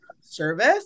service